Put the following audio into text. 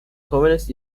jóvenes